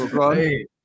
hey